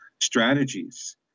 strategies